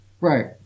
right